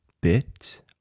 bit